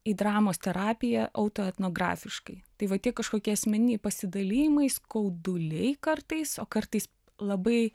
į dramos terapiją auto etnografiškai tai va tie kažkokie asmeniniai pasidalijimai skauduliai kartais o kartais labai